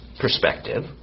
perspective